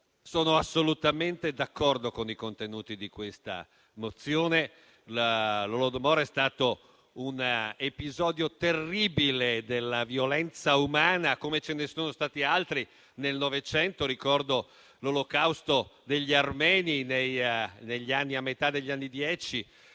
Sono assolutamente d'accordo con i contenuti della mozione n. 45. L'Holodomor è stato un episodio terribile della violenza umana, come ce ne sono stati altri nel Novecento: ricordo l'Olocausto degli armeni a metà degli anni Dieci,